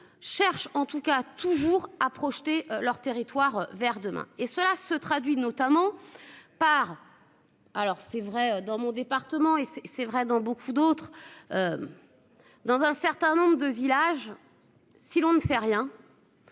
cherche en tout cas toujours à projeter leur territoire vers demain et cela se traduit notamment par. Alors c'est vrai, dans mon département et c'est vrai dans beaucoup d'autres. Dans un certain nombre de villages. Si l'on ne fait rien.